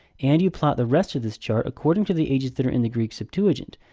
and you plot the rest of this chart according to the ages that are in the greek septuagint,